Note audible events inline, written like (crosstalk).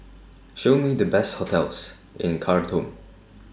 Show Me The Best (noise) hotels in Khartoum